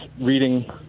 reading